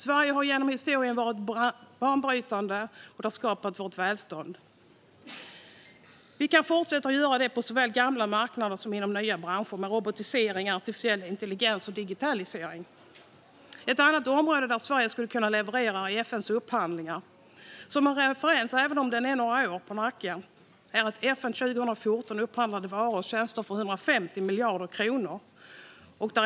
Sverige har genom historien varit banbrytande. Det har skapat vårt välstånd. Vi kan fortsätta vara det på såväl gamla marknader som i nya branscher med robotisering, artificiell intelligens och digitalisering. Ett annat område där Sverige skulle kunna leverera är i FN:s upphandlingar. En referens, även om den har några år nacken, är att FN 2014 upphandlade varor och tjänster för 150 miljarder kronor.